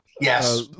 Yes